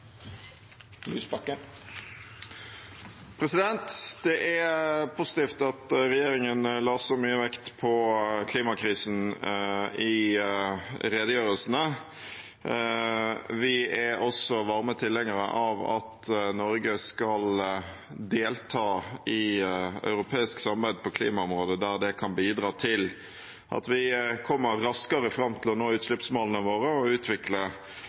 Det er positivt at regjeringen la så mye vekt på klimakrisen i redegjørelsene. Vi er også varme tilhengere av at Norge skal delta i europeisk samarbeid på klimaområdet der det kan bidra til at vi kommer raskere fram til å nå utslippsmålene våre og utvikle